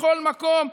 בכל מקום,